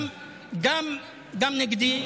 גם נגדי,